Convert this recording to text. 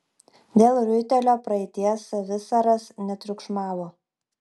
dėl riuitelio praeities savisaras netriukšmavo